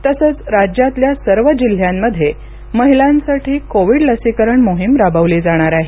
तसंच राज्यातल्या सर्व जिल्ह्यांमध्ये महिलांसाठी लसीकरण मोहीम राबवली जाणार आहे